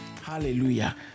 Hallelujah